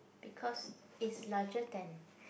because is larger than